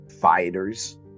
fighters